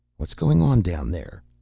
what's going on down there?